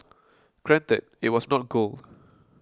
granted it was not gold